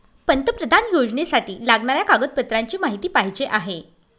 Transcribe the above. पंतप्रधान योजनेसाठी लागणाऱ्या कागदपत्रांची माहिती पाहिजे आहे